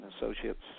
Associates